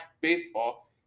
baseball